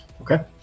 Okay